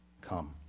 Come